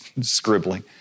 scribbling